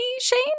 Shane